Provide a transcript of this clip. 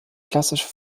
klassische